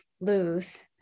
lose